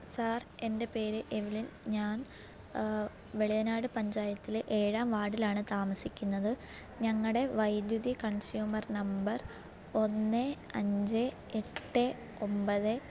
sir എന്റെ പേര് Evelyn ഞാന് വെളിയനാട് പഞ്ചായത്തിലെ എഴാം വാര്ഡിലാണ് താമസിക്കുന്നത് ഞങ്ങളുടെ വൈദ്യുതി കൺസ്യൂമർ നമ്പർ ഒന്ന് അഞ്ച് എട്ട് ഒമ്പത്